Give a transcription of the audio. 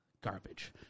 garbage